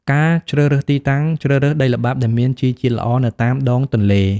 ការជ្រើសរើសទីតាំង ជ្រើសរើសដីល្បាប់ដែលមានជីជាតិល្អនៅតាមដងទន្លេ។